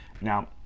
now